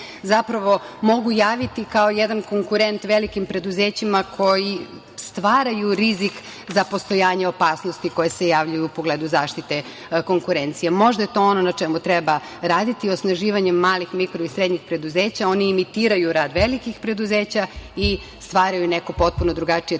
zapravo mogu javiti kao jedan konkurent velikim preduzećima koji stvaraju rizik za postojanje opasnosti koje se javljaju u pogledu zaštite konkurencije. Možda je to ono na čemu treba raditi osnaživanjem malih, mikro i srednjih preduzeća, oni imitiraju rad velikih preduzeća i stvaraju neko potpuno drugačije